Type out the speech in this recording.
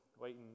waiting